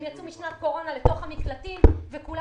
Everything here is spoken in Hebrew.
הם יצאו משנת קורונה אל תוך המקלטים וכולם